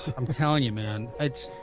um telling you man it's,